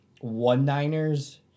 one-niners